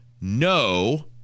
no